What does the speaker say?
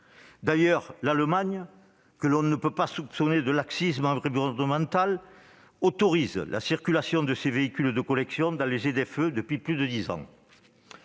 l'air. L'Allemagne, que l'on ne peut pas soupçonner de laxisme environnemental, autorise la circulation de ces véhicules de collection dans les ZFE depuis plus de dix ans.